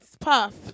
puff